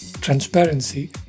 transparency